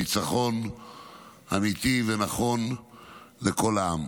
ניצחון אמיתי ונכון לכל העם.